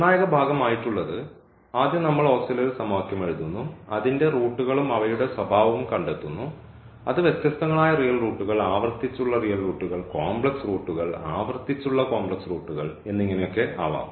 നിർണായക ഭാഗം ആയിട്ടുള്ളത് ആദ്യം നമ്മൾ ഓക്സിലറി സമവാക്യം എഴുതുന്നു അതിൻറെ റൂട്ടുകളും അവയുടെ സ്വഭാവവും കണ്ടെത്തുന്നു അത് വ്യത്യസ്തങ്ങളായ റിയൽ റൂട്ടുകൾ ആവർത്തിച്ചുള്ള റിയൽ റൂട്ടുകൾ കോംപ്ലക്സ് റൂട്ടുകൾ ആവർത്തിച്ചുള്ള കോംപ്ലക്സ് റൂട്ടുകൾ എന്നിങ്ങനെഒക്കെ ആവാം